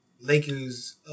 Lakers